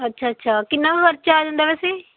ਅੱਛਾ ਅੱਛਾ ਕਿੰਨਾਂ ਕੁ ਖਰਚਾ ਆ ਜਾਂਦਾ ਵੈਸੇ